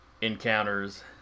encounters